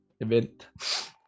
event